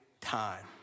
time